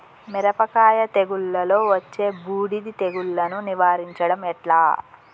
మిరపకాయ తెగుళ్లలో వచ్చే బూడిది తెగుళ్లను నివారించడం ఎట్లా?